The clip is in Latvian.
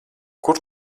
kur